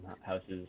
houses